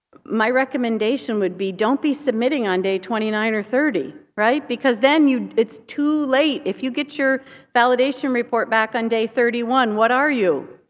my recommendation would be, don't be submitting on day twenty nine or thirty, right. because then it's too late. if you get your validation report back on day thirty one what are you?